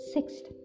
Sixth